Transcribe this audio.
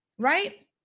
Right